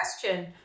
question